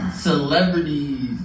celebrities